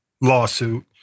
lawsuit